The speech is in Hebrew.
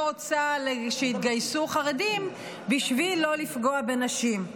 רוצה שיתגייסו חרדים בשביל לא לפגוע בנשים.